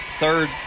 third